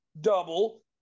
double